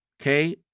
Okay